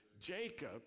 Jacob